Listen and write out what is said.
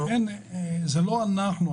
זה לא אנחנו.